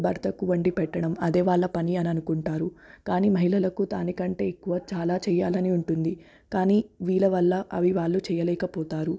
భర్తకు వండిపెట్టడం అదే వాళ్ళ పని అని అనుకుంటారు కానీ మహిళలకు దానికంటే ఎక్కువ చాలా చెయ్యాలని ఉంటుంది కానీ వీళ్ళ వల్ల అవి వాళ్ళు చెయ్యలేకపోతారు